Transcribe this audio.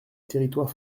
territoire